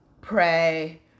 pray